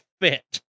fit